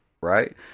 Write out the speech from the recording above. right